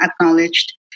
acknowledged